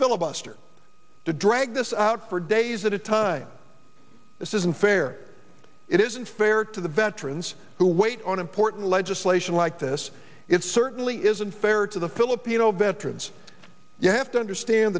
filibuster to drag this out for days at a time this isn't fair it isn't fair to the veterans who wait on important legislation like this it certainly isn't fair to the filipino veterans you have to understand